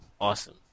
awesome